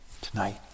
tonight